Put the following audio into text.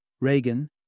Reagan